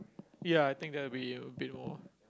ya I think that will be a bit more